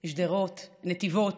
שדרות, נתיבות.